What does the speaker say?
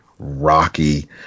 rocky